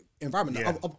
environment